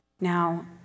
Now